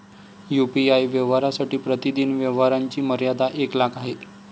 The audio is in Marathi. यू.पी.आय व्यवहारांसाठी प्रतिदिन व्यवहारांची मर्यादा एक लाख आहे